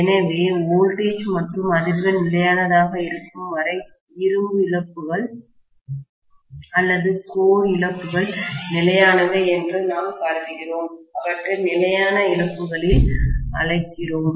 எனவே வோல்டேஜ் மற்றும் அதிர்வெண் நிலையானதாக இருக்கும் வரை இரும்பு இழப்புகள் அல்லது கோர் இழப்புகள் நிலையானவை என்று நாம் கருதுகிறோம் அவற்றை நிலையான இழப்புகளில் அழைக்கிறோம்